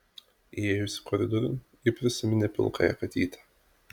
įėjusi koridoriun ji prisiminė pilkąją katytę